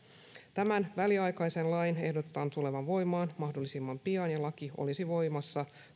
tämän väliaikaisen lain ehdotetaan tulevan voimaan mahdollisimman pian ja laki olisi voimassa